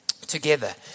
together